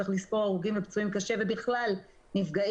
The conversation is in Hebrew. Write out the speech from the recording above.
צריך לספור הרוגים ופצועים קשה ובכלל נפגעים,